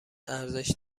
ارزش